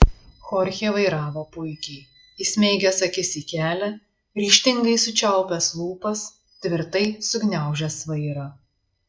chorchė vairavo puikiai įsmeigęs akis į kelią ryžtingai sučiaupęs lūpas tvirtai sugniaužęs vairą